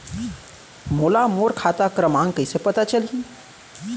मोला मोर खाता क्रमाँक कइसे पता चलही?